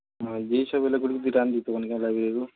ହଁ ଇଏ ସବୁ ହେଲେ କୋଉଠୁ ଦୁଇଟା ଆଣି ଦେଇଥିବ ଅନ୍ୟ ଲାଇବ୍ରେରୀରୁ